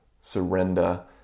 Surrender